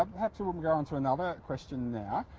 ah perhaps we'll go on to another question now.